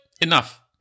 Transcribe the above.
enough